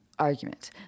argument